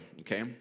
okay